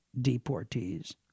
deportees